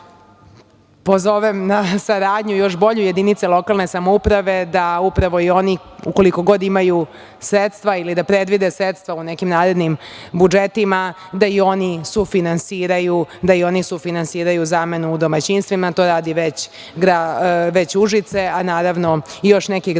pozovem na saradnju još bolju, jedinice lokalne samouprave da upravo i oni koliko god imaju sredstva ili da predvide sredstva u nekim narednim budžetima da i oni sufinansiraju zamenu u domaćinstvima. To radi već Užice, a naravno i još neki gradovi,